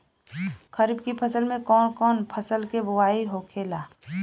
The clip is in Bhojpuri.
खरीफ की फसल में कौन कौन फसल के बोवाई होखेला?